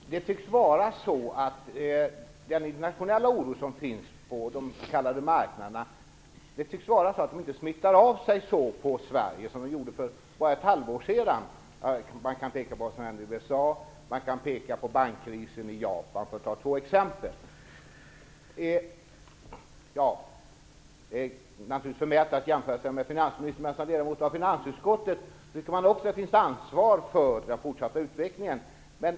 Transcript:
Fru talman! Det tycks vara så att den internationella oro som finns på de s.k. marknaderna inte smittar av så mycket på Sverige som den gjorde för bara ett halvår sedan. Man kan t.ex. peka på vad som hände i USA och på bankkrisen i Japan. Det är naturligtvis förmätet att jämföra sig med finansministern, men som ledamot av finansutskottet tycker man också att man har ett ansvar för den fortsatta utveckling.